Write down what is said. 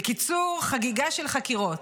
בקיצור, חגיגה של חקירות.